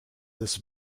this